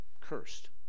cursed